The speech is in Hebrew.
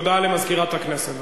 הודעה למזכירת הכנסת.